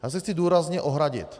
Já se chci důrazně ohradit.